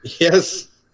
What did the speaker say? Yes